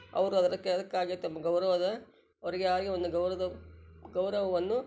ಅವರು ಅದಕ್ಕೆ ಅದಕ್ಕಾಗಿ ತಮ್ಮ ಗೌರವದ ಅವರಿಗಾಗಿ ಒಂದು ಗೌರವದ ಗೌರವವನ್ನು